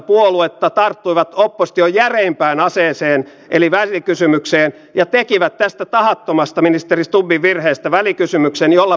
rikosilmoitusten tekeminen ja tutkintaprosessin aloittaminen on haasteellista ja todistajalausuntojen antaminen no siihen tietysti vastataan